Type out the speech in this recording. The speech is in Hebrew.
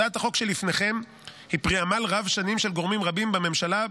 הצעת החוק שלפניכם היא פרי עמל רב-שנים של גורמים רבים בממשלה,